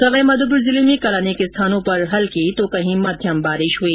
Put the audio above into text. सवाई माधोपुर जिले में कल अनेक स्थानों पर हल्की तो कहीं मध्यम बारिश हुई